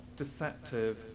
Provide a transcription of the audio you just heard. deceptive